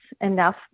enough